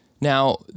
Now